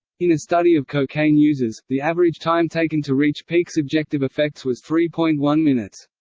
in a study of cocaine users, the average time taken to reach peak subjective effects was three point one minutes.